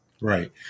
Right